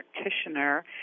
practitioner